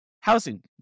housing